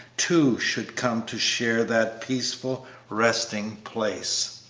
too, should come to share that peaceful resting place.